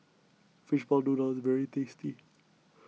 Fishball Noodle is very tasty